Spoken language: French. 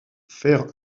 faire